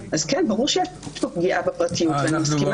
כן, ברור שיש פה פגיעה בפרטיות, ואני מסכימה.